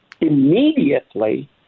immediately